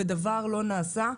אך דבר לא נעשה.